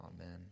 Amen